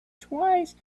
twice